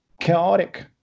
chaotic